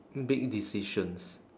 big decisions